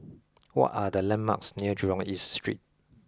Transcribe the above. what are the landmarks near Jurong East Street